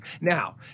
Now